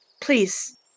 please